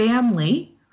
family